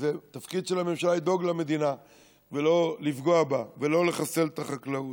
וזה תפקיד של הממשלה לדאוג למדינה ולא לפגוע בה ולא לחסל את החקלאות.